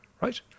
Right